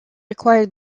acquired